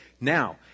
Now